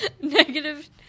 negative